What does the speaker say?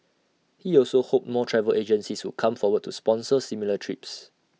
he also hoped more travel agencies would come forward to sponsor similar trips